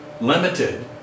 limited